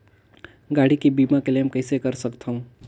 गाड़ी के बीमा क्लेम कइसे कर सकथव?